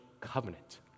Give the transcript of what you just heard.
covenant